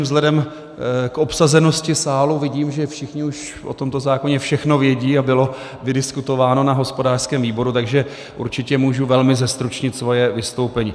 Vzhledem k obsazenosti sálu vidím, že všichni už o tomto zákoně všechno vědí a bylo vydiskutováno na hospodářském výboru, takže určitě můžu velmi zestručnit svoje vystoupení.